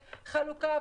חלוקה,